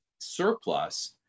surplus